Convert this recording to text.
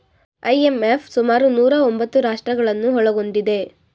IMF ಸುಮಾರು ನೂರಾ ತೊಂಬತ್ತು ರಾಷ್ಟ್ರಗಳನ್ನು ಒಳಗೊಂಡಿದೆ